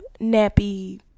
nappy